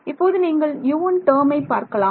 இப்போது நீங்கள் U1 டேர்மை பார்க்கலாம்